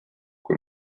kui